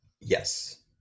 yes